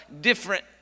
different